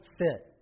fit